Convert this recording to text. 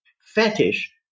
fetish